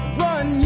run